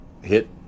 Hit